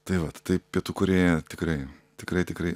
tai vat tai pietų korėja tikrai tikrai tikrai